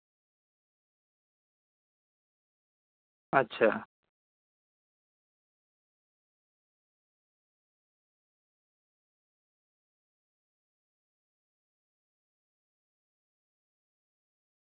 ᱟᱪᱪᱷᱟ